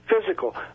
physical